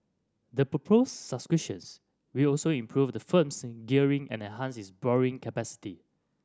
the proposed subscriptions will also improve the firm's gearing and enhance its borrowing capacity